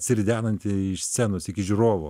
atsiridenantį iš scenos iki žiūrovo